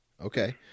Okay